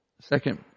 second